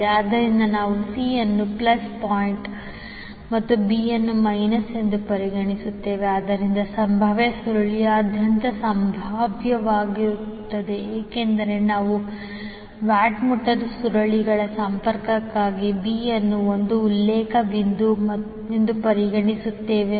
ಆದ್ದರಿಂದ ನಾವು C ಅನ್ನು ಪ್ಲಸ್ ಪಾಯಿಂಟ್ ಮತ್ತು B ಅನ್ನು ಮೈನಸ್ ಎಂದು ಪರಿಗಣಿಸುತ್ತೇವೆ ಆದ್ದರಿಂದ ಸಂಭಾವ್ಯ ಸುರುಳಿಯಾದ್ಯಂತ ಸಂಭಾವ್ಯವಾಗಿರುತ್ತದೆ ಏಕೆಂದರೆ ನಾವು ವ್ಯಾಟ್ ಮೀಟರ್ ಸುರುಳಿಗಳ ಸಂಪರ್ಕಕ್ಕಾಗಿ B ಅನ್ನು ಒಂದು ಉಲ್ಲೇಖ ಬಿಂದು ಎಂದು ಪರಿಗಣಿಸುತ್ತೇವೆ